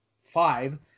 five